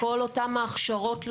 כל אותן ההכשרות לעובדים,